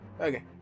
okay